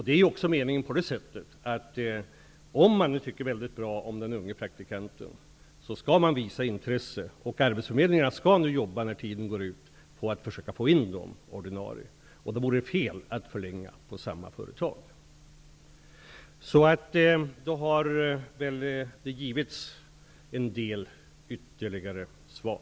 Det är också meningen att man, om man tycker mycket bra om den unge praktikanten, skall visa intresse. Arbetsförmedlingarna skall när praktiktiden går ut arbeta på att försöka få in ungdomarna som ordinarie. Det vore fel att förlänga praktiken på samma företag. Härmed tycker jag att jag har givit en del ytterligare svar.